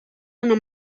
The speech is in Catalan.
una